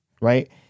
right